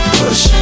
push